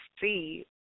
see